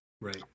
Right